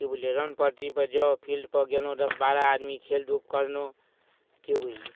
कि बुझलिए रन पट्टीपर जाउ फील्डपर गेलहुँ दस बारह आदमी खेलधूप करलहुँ कि बुझलिए